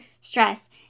stress